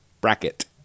bracket